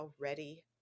already